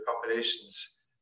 populations